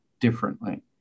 differently